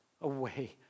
away